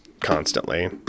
constantly